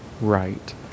right